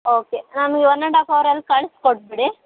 okay ನಮಗೆ one and half ಅವರಲ್ಲಿ ಕಳ್ಸಿ ಕೊಟ್ಟುಬಿಡಿ